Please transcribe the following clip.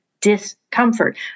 discomfort